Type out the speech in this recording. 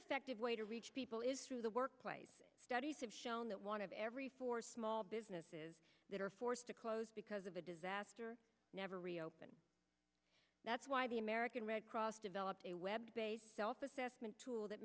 effective way to reach people is through the workplace studies have shown that one of every four small businesses that are forced to close because of a disaster never reopen that's why the american red cross developed a web based self assessment tool that